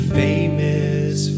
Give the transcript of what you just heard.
famous